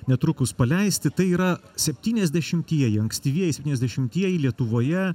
netrukus paleisti tai yra septyniasdešimtieji ankstyvieji septyniasdešimtieji lietuvoje